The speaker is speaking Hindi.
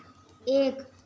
एक